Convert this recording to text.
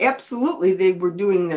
absolutely they were doing their